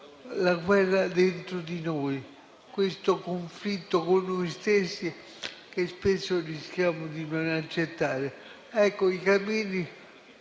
quella dentro di noi, il conflitto con noi stessi che spesso rischiamo di non accettare. Ecco, i cammini